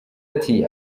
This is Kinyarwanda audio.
ati